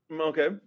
Okay